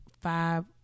five